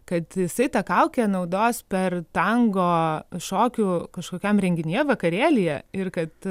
kad jisai tą kaukę naudos per tango šokių kažkokiam renginyje vakarėlyje ir kad